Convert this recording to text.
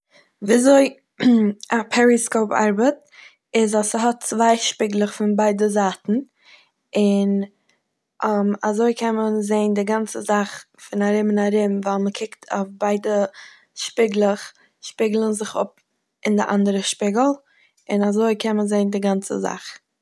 ווי אזוי א פעריסקאופ ארבעט איז אז ס'האט צוויי שפיגלעך פון ביידע זייטן און אזוי קען מען זען די גאנצע זאך פון ארום און ארום ווייל מ'קוקט אויף ביידע שפיגלעך שפיגלען זיך אפ אין די אנדערע שפיגל און אזוי קען מען זען די גאנצע זאך.